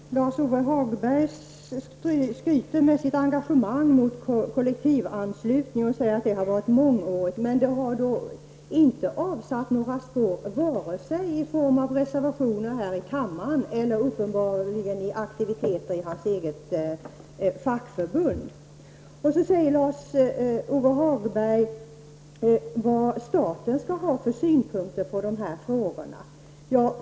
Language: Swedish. Herr talman! Lars-Ove Hagberg skryter med sitt engagemang mot kollektivanslutning och säger att det har varit mångårigt. Men det har då inte avsatt några spår i form av reservationer här i kammaren och uppenbarligen inte heller i aktiviteter i hans eget fackförbund. Så undrar Lars-Ove Hagberg varför staten skall ha synpunkter på de här frågorna.